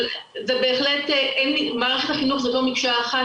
אבל בהחלט מערכת החינוך זאת לא מקשה אחת,